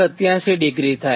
87° થાય